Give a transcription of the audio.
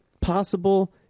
possible